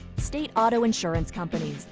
state auto insurance companies,